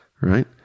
Right